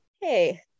hey